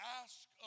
ask